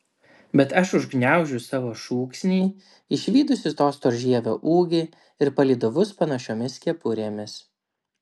bet aš užgniaužiu savo šūksnį išvydusi to storžievio ūgį ir palydovus panašiomis kepurėmis